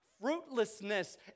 fruitlessness